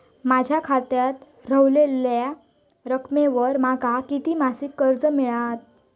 माझ्या खात्यात रव्हलेल्या रकमेवर माका किती मासिक कर्ज मिळात?